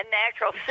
natural